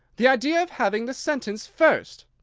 the idea of having the sentence first!